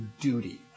duty